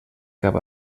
cap